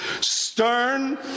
stern